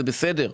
זה בסדר,